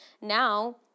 now